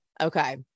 Okay